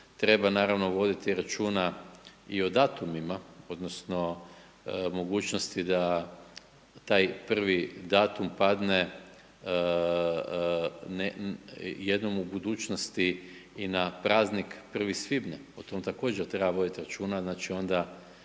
Treba naravno voditi računa i o datumima, odnosno mogućnosti da taj prvi datum padne jednom u budućnosti i na praznik 1. svibnja. O tom također treba voditi računa, znači onda